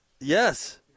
Yes